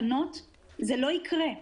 אני הייתי רוצה לראות בתקנות האלה, ואין זה,